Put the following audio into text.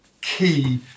key